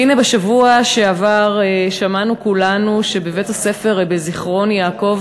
והנה בשבוע שעבר שמענו כולנו שבבית-הספר בזיכרון-יעקב